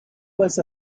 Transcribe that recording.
was